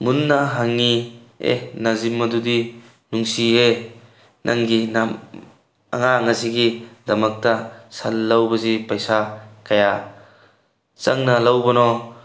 ꯃꯨꯟꯅ ꯍꯪꯉꯤ ꯑꯦ ꯅꯖꯤꯝ ꯑꯗꯨꯗꯤ ꯅꯨꯡꯁꯤꯍꯦ ꯅꯪꯒꯤ ꯑꯉꯥꯡ ꯑꯁꯤꯒꯤ ꯗꯃꯛꯇ ꯁꯟ ꯂꯧꯕꯁꯤ ꯄꯩꯁꯥ ꯀꯌꯥ ꯆꯪꯅ ꯂꯧꯕꯅꯣ